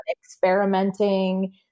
experimenting